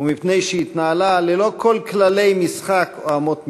ומפני שהתנהלה ללא כל כללי משחק או אמות מידה,